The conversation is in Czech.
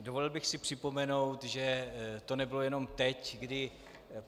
Dovolil bych si připomenout, že to nebylo jenom teď, kdy